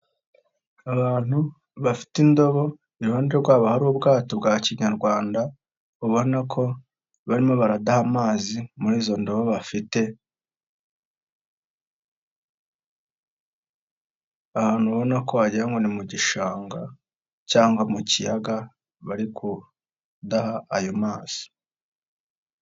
Abantu bafite indobo iruhande rwabo hari ubwato bwa kinyarwanda ubona ko barimo baradaha amazi muri izo ndobo bafite, ahantu ubona ko wagira ngo ni mu gishanga cyangwa mu kiyaga bari kudaha ayo mazi.